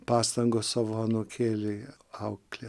pastangos savo anūkėlį auklėt